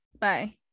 bye